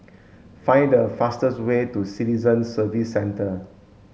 find the fastest way to Citizen Services Centre